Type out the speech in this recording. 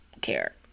care